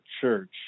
church